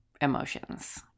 emotions